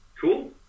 cool